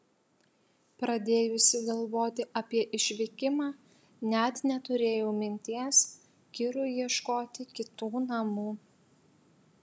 pradėjusi galvoti apie išvykimą net neturėjau minties kirui ieškoti kitų namų